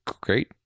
great